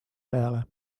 peale